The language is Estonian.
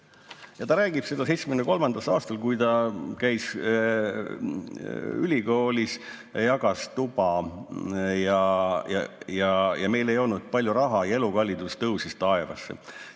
Ta räägib, et 1973. aastal, kui ta käis ülikoolis, jagas ta tuba ja neil ei olnud palju raha ja elukallidus tõusis taevasse.